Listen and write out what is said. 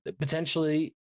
potentially